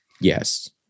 yes